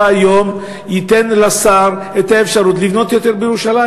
היום ייתן לשר את האפשרות לבנות יותר בירושלים?